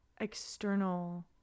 external